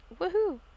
woohoo